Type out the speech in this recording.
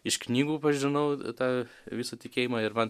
iš knygų pažinau tą visą tikėjimą ir man